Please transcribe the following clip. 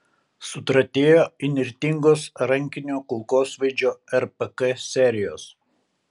sutratėjo įnirtingos rankinio kulkosvaidžio rpk serijos